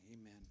Amen